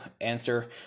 answer